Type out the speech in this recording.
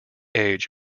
age